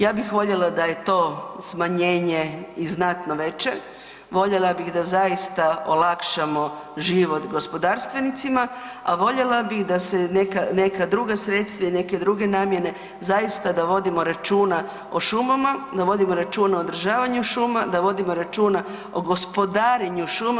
Ja bih voljela da je to smanjenje i znatno veće, voljela bih da zaista olakšamo život gospodarstvenicima, a voljela bih da se neka, neka druga sredstva i neke druge namjene da zaista vodimo računa o šumama, da vodimo računa o održavanju šuma, da vodimo računa o gospodarenju šuma.